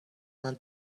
منم